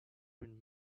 been